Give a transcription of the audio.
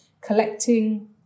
collecting